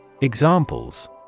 Examples